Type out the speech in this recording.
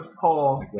Paul